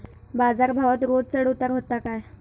बाजार भावात रोज चढउतार व्हता काय?